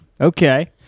Okay